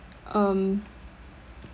um